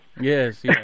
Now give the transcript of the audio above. yes